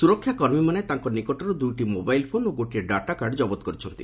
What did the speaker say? ସୁରକ୍ଷା କର୍ମୀମାନେ ତାଙ୍କ ନିକଟରୁ ଦୁଇଟି ମୋବାଇଲ୍ ଫୋନ୍ ଓ ଗୋଟିଏ ଡାଟା କାର୍ଡ଼ କବତ କରିଛନ୍ତି